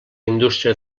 indústria